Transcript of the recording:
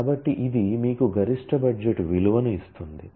కాబట్టి ఇది మీకు గరిష్ట బడ్జెట్ విలువను ఇస్తుంది